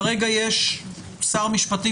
כרגע יש שר משפטים,